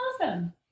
awesome